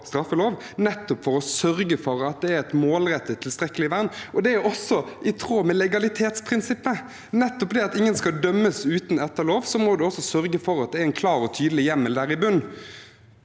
nettopp å sørge for at det er et målrettet, tilstrekkelig vern. Det er også i tråd med legalitetsprinsippet. For at ingen skal dømmes uten etter lov, må man sørge for at det er en klar og tydelig hjemmel der i bunnen.